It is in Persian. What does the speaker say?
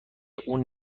اون